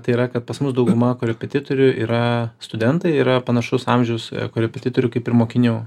tai yra kad pas mus dauguma korepetitorių yra studentai yra panašaus amžiaus korepetitorių kaip ir mokinių